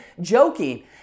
joking